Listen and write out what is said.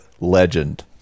legend